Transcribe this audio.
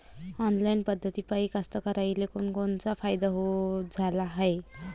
Online पद्धतीपायी कास्तकाराइले कोनकोनचा फायदा झाला हाये?